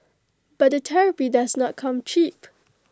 but the therapy does not come cheap